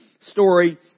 story